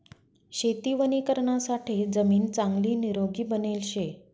शेती वणीकरणासाठे जमीन चांगली निरोगी बनेल शे